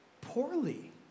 poorly